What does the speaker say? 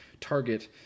target